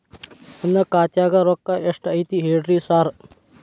ನನ್ ಖಾತ್ಯಾಗ ರೊಕ್ಕಾ ಎಷ್ಟ್ ಐತಿ ಹೇಳ್ರಿ ಸಾರ್?